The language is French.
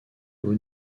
haut